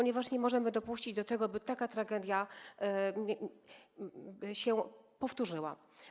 Nie możemy dopuścić do tego, by taka tragedia się powtórzyła.